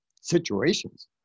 situations